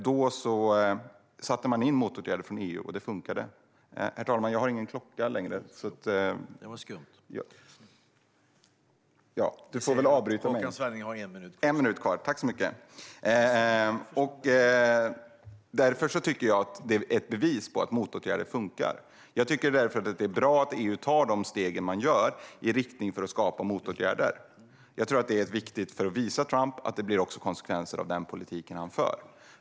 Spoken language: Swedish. Då satte man in motåtgärder från EU:s sida, och det funkade. Jag tycker att detta är ett bevis för att motåtgärder funkar. Det är därför bra att EU tar steg i riktning mot att vidta motåtgärder. Jag tror att detta är viktigt för att visa Trump att den politik han för får konsekvenser.